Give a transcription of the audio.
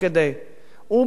הוא בא פתאום עם רעיון,